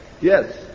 Yes